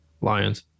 Lions